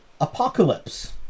Apocalypse